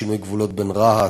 שינוי גבולות בין רהט,